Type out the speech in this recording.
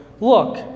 Look